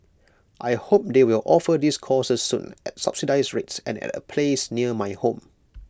I hope they will offer these courses soon at subsidised rates and at A place near my home